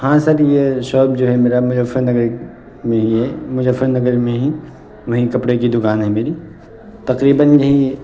ہاں سر یہ شاپ جو ہے میرا مظفرنگر میں ہی ہے مظفرنگر میں ہی وہیں کپڑے کی دکان ہے میری تقریباً یہی